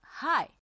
hi